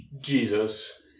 Jesus